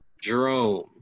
Jerome